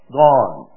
gone